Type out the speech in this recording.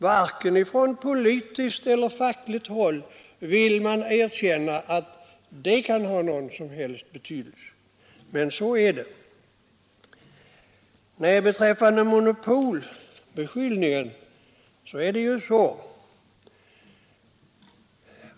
Varken från politiskt eller från fackligt håll vill man erkänna att det kan ha någon som helst betydelse, men så är det.